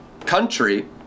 country